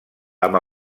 amb